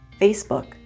Facebook